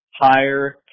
higher